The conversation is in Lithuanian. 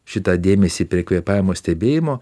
šitą dėmesį prie kvėpavimo stebėjimo